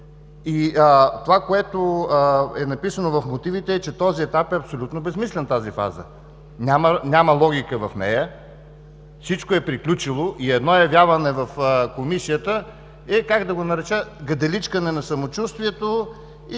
И това, което е написано в мотивите, е, че този етап е абсолютно безсмислен в тази фаза – няма логика в нея, всичко е приключило и едно явяване в Комисията е, как да го нарека, гъделичкане на самочувствието.